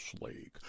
League